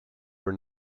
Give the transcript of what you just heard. were